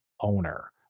owner